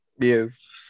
Yes